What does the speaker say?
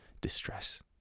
distress